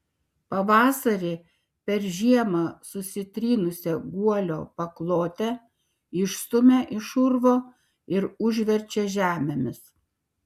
pavasarį per žiemą susitrynusią guolio paklotę išstumia iš urvo ir užverčia žemėmis